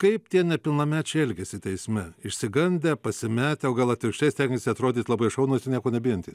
kaip tie nepilnamečiai elgiasi teisme išsigandę pasimetę o gal atvirkščiai stengiasi atrodyt labai šaunūs ir nieko nebijantys